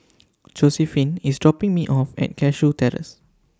Josiephine IS dropping Me off At Cashew Terrace